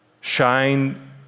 shine